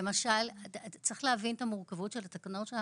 צריך להבין את המורכבות של התקנות.